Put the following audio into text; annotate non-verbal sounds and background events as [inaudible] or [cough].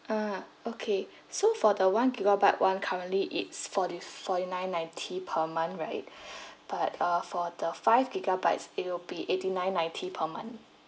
ah okay so for the one gigabyte [one] currently it's forty forty nine ninety per month right [breath] but uh for the five gigabytes it will be eighty nine ninety per month